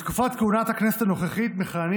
בתקופות כהונת הכנסת הנוכחית מכהנים